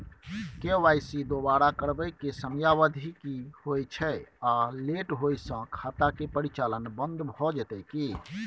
KYC दोबारा करबै के समयावधि की होय छै आ लेट होय स खाता के परिचालन बन्द भ जेतै की?